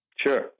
Sure